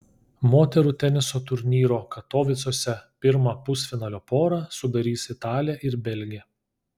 moterų teniso turnyro katovicuose pirmą pusfinalio porą sudarys italė ir belgė